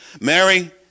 Mary